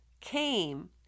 came